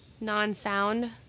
non-sound